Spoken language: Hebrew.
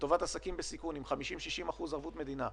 לטובת עסקים בסיכון עם 50%,60% ערבות מדינה,